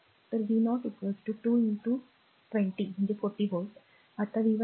तर v0 r 2 20 40 volt आता v 1 2